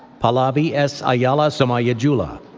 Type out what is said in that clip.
pallavi s. ayyala somayajula.